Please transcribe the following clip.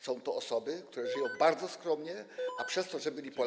Są to osoby, które żyją bardzo skromnie, a przez to, że były Polakami.